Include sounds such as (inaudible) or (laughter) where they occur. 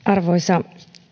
(unintelligible) arvoisa